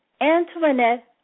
Antoinette